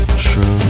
true